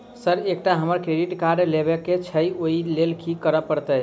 Sir एकटा हमरा credit card लेबकै छैय ओई लैल की करऽ परतै?